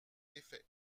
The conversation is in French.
effet